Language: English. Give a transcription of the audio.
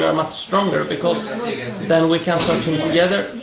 yeah much stronger because we can search and together,